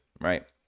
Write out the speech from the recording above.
Right